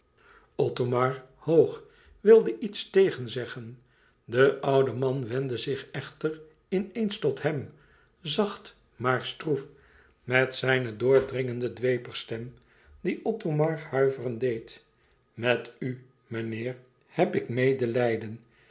othomar hoog wilde iets tegen zeggen de oude man wendde zich echter in eens tot hem zacht maar stroef met zijne doordringende dwepersstem die othomar huiveren deed met u meneer heb ik medelijden